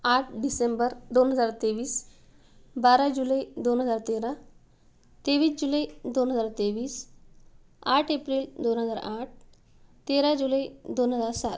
आठ डिसेंबर दोन हजार तेवीस बारा जुलै दोन हजार तेरा तेवीस जुलै दोन हजार तेवीस आठ एप्रिल दोन हजार आठ तेरा जुलै दोन हजार सात